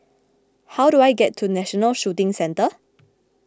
how do I get to National Shooting Centre